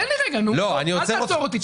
למה אתה עוצר אותי?